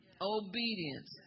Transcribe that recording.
Obedience